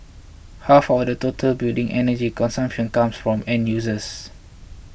half of the total building energy consumption comes from end users